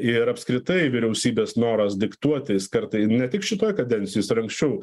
ir apskritai vyriausybės noras diktuoti kartai ne tik šitoj kadencijoj jis ir anksčiau